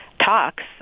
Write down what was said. Talks